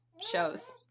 shows